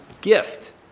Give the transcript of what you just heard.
gift